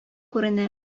күренә